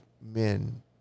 men